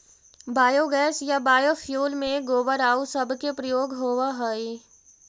biogas या biofuel में गोबर आउ सब के प्रयोग होवऽ हई